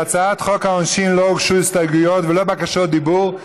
להצעת חוק העונשין לא הוגשו הסתייגויות ולא בקשות דיבור,